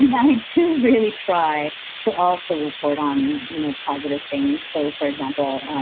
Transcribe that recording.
and i do really try to also report on you know positive things. so, for example,